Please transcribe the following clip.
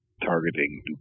targeting